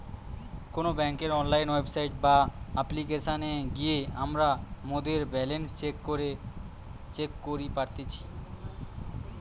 কোনো বেংকের online website বা অপ্লিকেশনে গিয়ে আমরা মোদের ব্যালান্স চেক করি পারতেছি